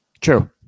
True